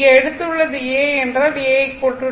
இங்கே எடுத்துள்ளது A என்றால் A θ